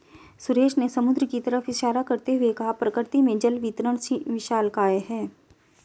सुरेश ने समुद्र की तरफ इशारा करते हुए कहा प्रकृति में जल वितरण विशालकाय है